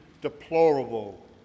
deplorable